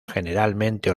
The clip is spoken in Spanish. generalmente